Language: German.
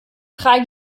trage